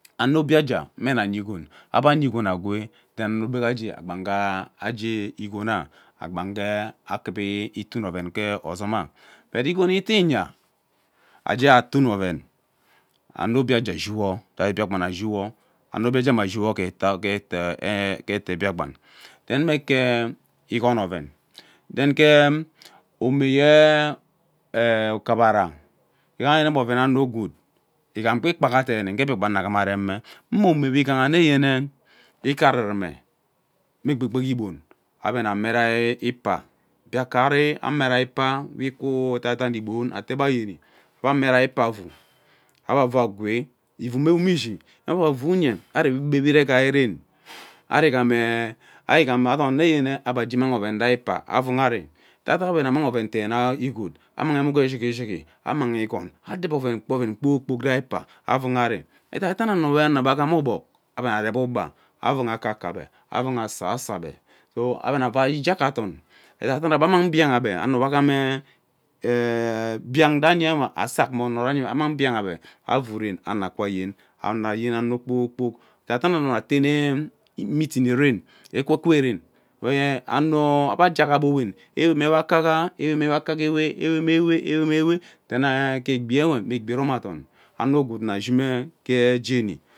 Ano obie aja mme nya igon, ebe aya igon egwee then aho bega akpangha age igona agbe nge akuva itun oven agee ozoma but igon ite nya agee atun oven. Ano obie aja ashi wo gai biakpan ashiwo ano obie aja emm ete Biakpan then mme ike ere igon oven then ke e omo yee ukafara ighaha yeme mme oven ano gwood igham gbaa ikpaa deene. nge Biakpan inaghama arem mm ome we igha nneyene ike rurume mme egbogbo igbon ebe nnamerei ipa biaka ari, ame rai ipa we kwu ke edaiden igbon ete ebe ayene ebe ame vai ipa avu ebe avu agwe, ivuu me gbum ishi ebe avu nye ari ibe we eree gairen eri gham eee ari gham ge adon nneyene ebe agi amang oven vai ipa avune ari edaiden ebe anamang oven deene igot amang emuke shigi shigi ammang igon edeba oven oven kpoor kpok rai ikpai avune ari edaidene ano be ano ebe agham cogbog ebe nna rep ugba avuhe akaka ebe avuhe asaso ebe so ebe ana vai ijack adom edaiden ebe amang biang ebe ana vai ijack adom edaiden ebe amang biang ebe ano wo agham eee biang ranyewe asak mmono ranye ammang biang ebe avuu ano akwa yen ano eyen ano kpoor kpok edaidano atene mutting ee ren egwu gwu ren eoan ebe ajeek aowen nwe wakai ewe mme waka ewe then agha ke egbiwe mm egbi irome adom ano gwood nna shime ke jeni.